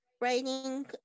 writing